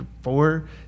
four